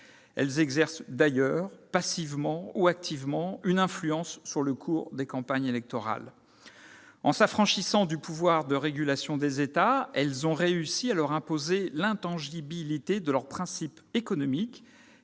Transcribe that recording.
Elles exercent d'ailleurs, passivement ou activement, une influence sur le cours des campagnes électorales. En s'affranchissant du pouvoir de régulation des États, elles ont réussi à leur imposer l'intangibilité de leur principe économique,